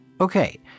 Okay